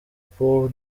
pour